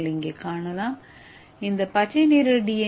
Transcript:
நீங்கள் இங்கே காணலாம் இந்த பச்சை நிற டி